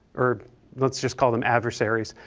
or lets just call them adversaries,